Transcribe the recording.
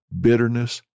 bitterness